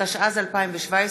התשע"ז 2017,